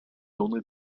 only